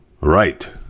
Right